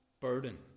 Burden